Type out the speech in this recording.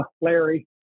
Larry